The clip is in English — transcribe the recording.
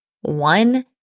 one